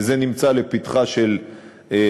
וזה מונח לפתחה של מח"ש,